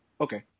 Okay